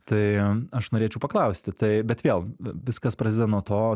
tai aš norėčiau paklausti tai bet vėl viskas prasideda nuo to